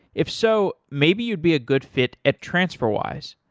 if so, maybe you'd be a good fit at transferwise.